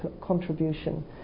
contribution